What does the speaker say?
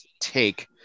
take